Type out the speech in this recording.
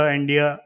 India